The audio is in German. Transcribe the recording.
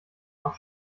noch